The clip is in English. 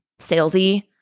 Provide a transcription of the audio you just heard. salesy